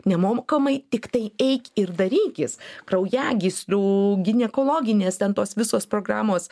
nemomkamai tiktai eik ir darykis kraujagyslių ginekologinės ten tos visos programos